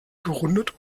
gerundet